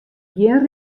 gjin